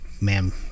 ma'am